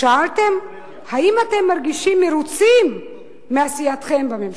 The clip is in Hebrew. שאלתם האם אתם מרגישים מרוצים מעשייתכם בממשלה?